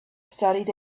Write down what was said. studied